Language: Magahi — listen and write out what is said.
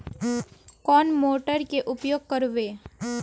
कौन मोटर के उपयोग करवे?